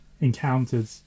encountered